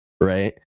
right